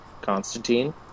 Constantine